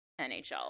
NHL